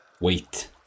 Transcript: Wait